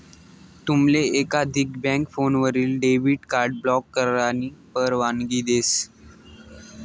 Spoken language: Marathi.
तुमले एकाधिक बँक फोनवरीन डेबिट कार्ड ब्लॉक करानी परवानगी देस